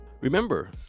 Remember